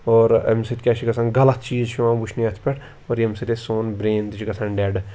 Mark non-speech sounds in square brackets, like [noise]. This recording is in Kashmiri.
اور اَمہِ سۭتۍ کیٛاہ چھِ گژھان غلط چیٖز چھِ [unintelligible] وٕچھنہِ یَتھ پٮ۪ٹھ اور ییٚمہِ سۭتۍ أسۍ سون برٛین تہِ چھُ گژھان ڈٮ۪ڈ